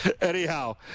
anyhow